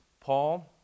Paul